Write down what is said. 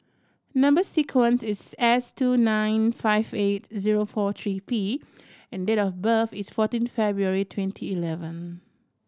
number sequence is S two nine five eight zero four three P and date of birth is fourteen February twenty eleven